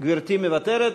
גברתי מוותרת?